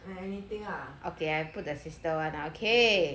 I anything ah okay okay